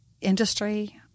industry